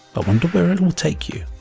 ah wonder where it will take you.